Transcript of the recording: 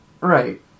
Right